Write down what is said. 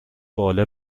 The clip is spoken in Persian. باله